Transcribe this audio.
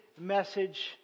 message